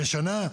בשנה,